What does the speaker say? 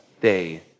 day